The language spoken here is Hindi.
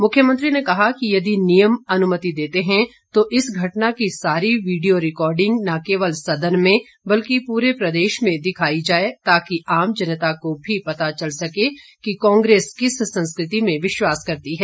मुख्यमंत्री ने कहा कि यदि नियम अनुमति देते हैं तो इस घटना की सारी वीडियो रिकॉर्डिंग न केवल सदन में बल्कि पूरे प्रदेश में दिखाई जाए ताकि आम जनता को भी पता चल सके कि कांग्रेस किस संस्कृति में विश्वास करती है